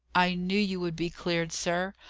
i knew you would be cleared, sir!